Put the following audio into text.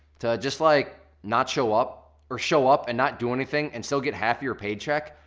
to just like not show up, or show up and not do anything and still get half your paycheck.